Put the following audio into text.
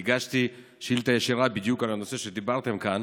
כי הגשתי שאילתה ישירה בדיוק על הנושא שדיברתם עליו כאן,